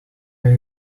are